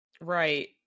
right